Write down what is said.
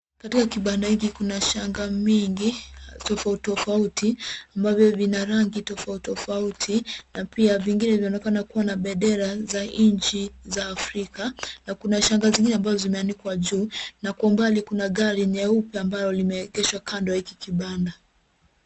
Katika kibanda hiki kuna shanga mingi tofauti tofauti, ambavyo vina rangi tofauti tofauti na pia vingine vinaonekana kuwa na bendera za nchi za Afrika na kuna shanga zingine ambazo zimeanikwa juu na kwa mbali kuna gari nyeupe ambalo limeegeshwa kando ya hiki kibanda.